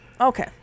Okay